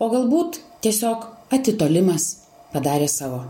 o galbūt tiesiog atitolimas padarė savo